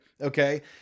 Okay